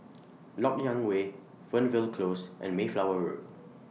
Lok Yang Way Fernvale Close and Mayflower Road